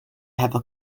hefo